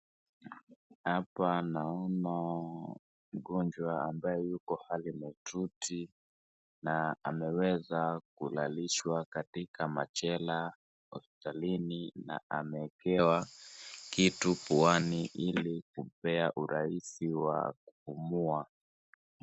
Hapa naona mgonjwa ambaye yuko hali mahututi na ameweza kulalishwa katika machela hospitalini na ameekewa kitu puani ili kumpea urahisi wa kupumua.